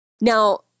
Now